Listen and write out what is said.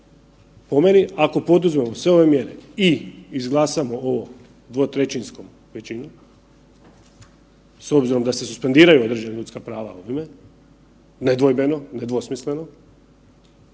Po meni, ako poduzmemo sve ove mjere i izglasamo ovo 2/3 većinom s obzirom da se suspendiraju određena ljudska prava ovime, nedvojbeno, nedvosmisleno,